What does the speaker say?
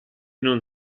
non